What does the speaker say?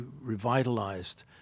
revitalized